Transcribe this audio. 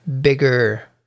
bigger